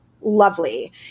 lovely